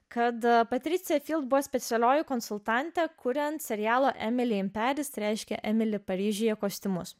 kad patricija buvo specialioji konsultantė kuriant serialą reiškia emili paryžiuje kostiumus